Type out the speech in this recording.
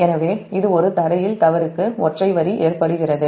எனவே இது ஒரு க்ரவுன்ட்ல் தவறுக்கு ஒற்றை வரிஏற்படுகிறது